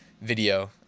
video